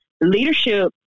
leadership